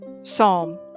Psalm